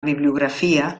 bibliografia